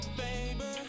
baby